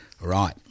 Right